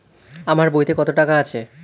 আমার বইতে কত টাকা আছে?